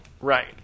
Right